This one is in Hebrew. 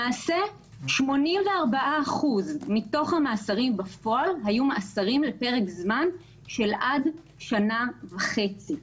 למעשה 84% מתוך המאסרים בפועל היו לפרק זמן של עד שנה וחצי.